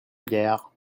gare